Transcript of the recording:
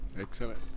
Excellent